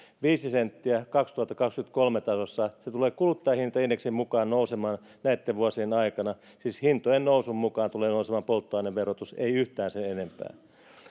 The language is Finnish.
viisi senttiä kaksituhattakaksikymmentäkolmen tasossa se tulee kuluttajahintaindeksin mukaan nousemaan näitten vuosien aikana siis hintojen nousun mukaan tulee nousemaan polttoaineverotus ei yhtään sen enempää